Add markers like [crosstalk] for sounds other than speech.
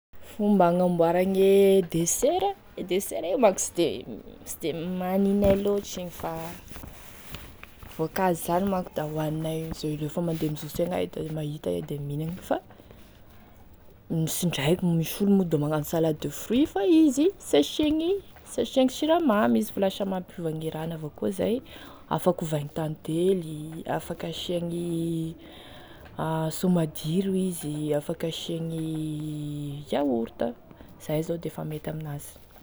Fomba hagnamboarane desera e desera igny manko sy de sy de ma- aninay loatra igny fa voankazo zany manko hoaninay lefa mandeha mizoso egny iay da mahita iay da minagny fa misy indraiky misy olo moa zany da manao salade de fruits fa izy sy asiagny sy asiagny siramamy izy fa lasa mampiova gne rahany avao koa zay afaky ovaigny tantely afaky asiagny [hesitation] somadiro izy, afaky asiagny yaourt zay zao defa mety amin'azy.